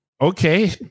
Okay